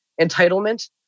entitlement